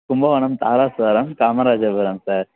Kumbakonam Darasuram Kamarajapuram sir